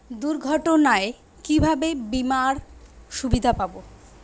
দুর্ঘটনায় কিভাবে বিমার সুবিধা পাব?